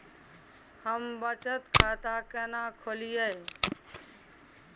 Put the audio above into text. हम बचत खाता केना खोलइयै?